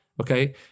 okay